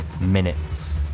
Minutes